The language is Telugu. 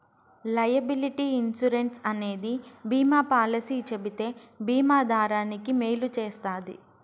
లైయబిలిటీ ఇన్సురెన్స్ అనేది బీమా పాలసీ చెబితే బీమా దారానికి మేలు చేస్తది